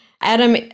Adam